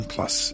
Plus